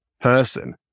person